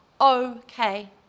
okay